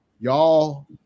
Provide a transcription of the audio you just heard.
Y'all